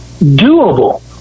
doable